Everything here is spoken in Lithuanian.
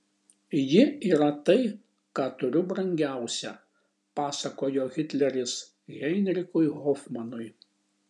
ji yra tai ką turiu brangiausia pasakojo hitleris heinrichui hofmanui